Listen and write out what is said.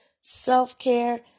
self-care